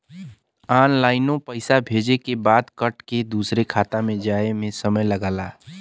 ऑनलाइनो पइसा भेजे के बाद कट के दूसर खाते मे जाए मे समय लगला